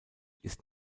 ist